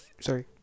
Sorry